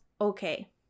okay